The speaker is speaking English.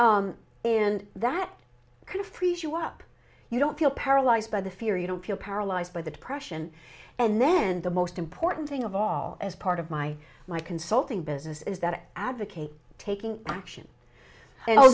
and that kind of frees you up you don't feel paralyzed by the fear you don't feel paralyzed by the depression and then the most important thing of all as part of my my consulting business is that advocate taking action